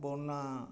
ᱵᱚᱱᱟ